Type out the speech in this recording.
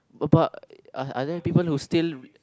oh but are are there people who still